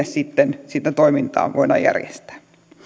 sitten sitä toimintaa voidaan järjestää